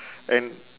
and